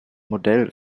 modell